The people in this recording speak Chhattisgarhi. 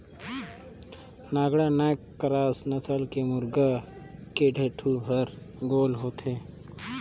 नैक्ड नैक क्रास नसल के मुरगा के ढेंटू हर गोल होथे